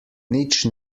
nič